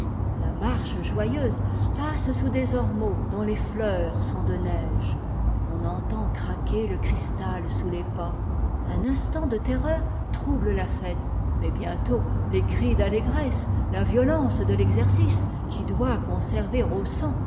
la marche joyeuse passe sous des ormeaux dont les fleurs sont de neige on entend craquer le cristal sous les pas un instant de terreur trouble la fête mais bientôt les cris d'allégresse la violence de l'exercice qui doit conserver au sang